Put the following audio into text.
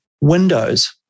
Windows